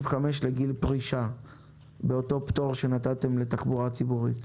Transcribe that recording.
לגיל פרישה בפטור שנתתם לתחבורה ציבורית?